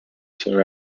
się